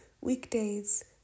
weekdays